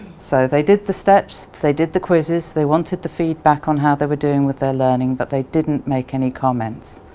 so they did the steps, they did the quizzes, they wanted the feedback on how they were doing with their learning but they didn't make any comments.